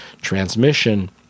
transmission